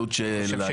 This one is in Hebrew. ההתנהלות בעניין.